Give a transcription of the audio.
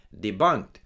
debunked